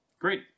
great